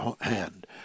hand